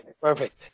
Perfect